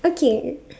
okay